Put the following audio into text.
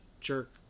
jerk